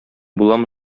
буламы